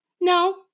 No